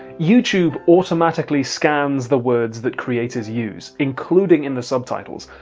youtube automatically scans the words that creators use, including in the subtitles.